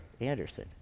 Anderson